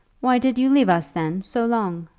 why did you leave us, then, so long?